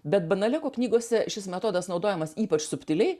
bet banaleko knygose šis metodas naudojamas ypač subtiliai